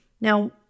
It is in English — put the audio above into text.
Now